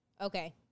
Okay